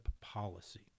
policy